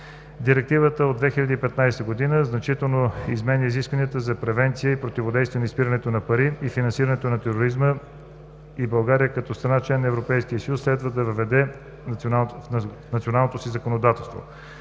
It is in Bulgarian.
Директивата от 2015 г. значително изменя изискванията за превенция и противодействие на изпирането на пари и финансирането на тероризма и България като страна – член на Европейския съюз, следва да ги въведе в националното си законодателство.